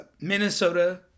Minnesota